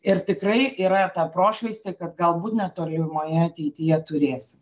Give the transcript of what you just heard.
ir tikrai yra ta prošvaistė kad galbūt netolimoje ateityje turėsim